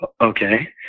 okay